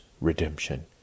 redemption